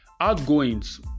outgoings